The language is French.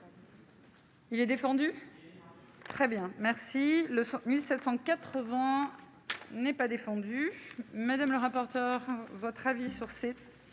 Il est défendu très bien, merci le 1780 n'est pas défendu madame le rapporteur, votre avis sur ces